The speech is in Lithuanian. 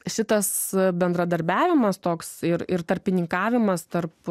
šitas bendradarbiavimas toks ir ir tarpininkavimas tarp